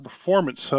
performance